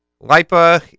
LIPA